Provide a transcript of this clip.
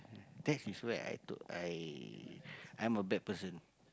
that is where I took I I'm a bad person